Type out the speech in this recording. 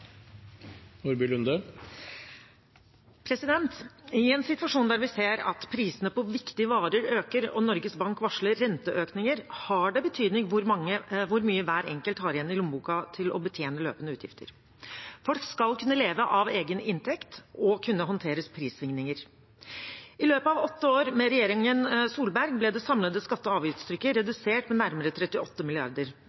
I en situasjon der vi ser at prisene på viktige varer øker og Norges Bank varsler renteøkninger, har det betydning hvor mye hver enkelt har igjen i lommeboka til å betjene løpende utgifter. Folk skal kunne leve av egen inntekt og kunne håndtere prissvingninger. I løpet av åtte år med regjeringen Solberg ble det samlede skatte- og avgiftstrykket